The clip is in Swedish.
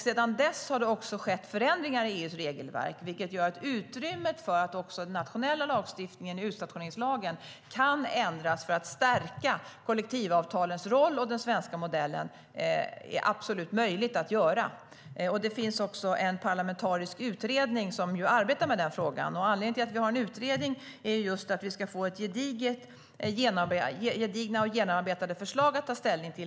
Sedan dess har det skett förändringar i EU:s regelverk, vilket ger utrymme för att ändra den nationella lagstiftningen, utstationeringslagen, för att stärka kollektivavtalens roll och den svenska modellen. Det är absolut möjligt att göra. Det finns också en parlamentarisk utredning som arbetar med frågan. Anledningen till att vi har en utredning är just att vi ska få gedigna och genomarbetade förslag att ta ställning till.